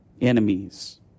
enemies